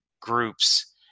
groups